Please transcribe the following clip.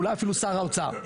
אולי אפילו שר האוצר.